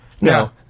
No